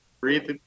Breathe